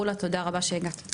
רולה, תודה רבה שהגעת.